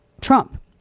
Trump